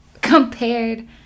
Compared